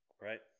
Right